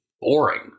boring